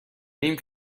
نیم